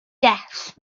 death